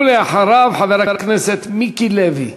ואחריו חבר הכנסת מיקי לוי.